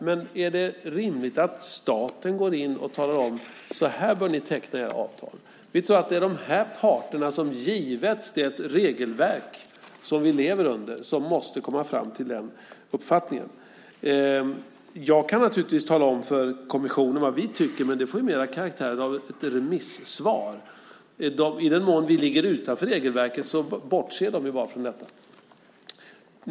Men frågan är om det är rimligt att staten går in och säger: Så här bör ni teckna era avtal. Vi tror att det är de här parterna som, givet det regelverk vi lever under, måste komma fram till den uppfattningen. Jag kan naturligtvis tala om för kommissionen vad vi tycker, men det får mer karaktären av ett remissvar. I den mån vi ligger utanför regelverket bortser de bara från detta.